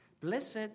blessed